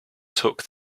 took